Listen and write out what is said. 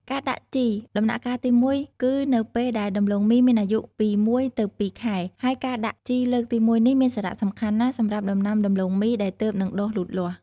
ការដាក់ជីដំណាក់កាលទី១ គឺនៅពេលដែលដំឡូងមីមានអាយុពី ១ ទៅ ២ ខែ ហើយការដាក់ជីលើកទីមួយនេះមានសារៈសំខាន់ណាស់សម្រាប់ដំណាំដំឡូងមីដែលទើបនឹងដុះលូតលាស់។